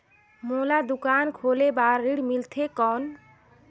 मोला दुकान खोले बार ऋण मिलथे कौन?